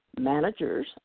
managers